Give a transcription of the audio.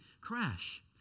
crash